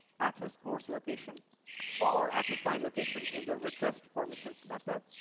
access coarse location or access fine location in the request permissions method.